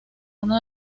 uno